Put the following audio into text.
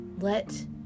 let